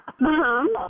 Mom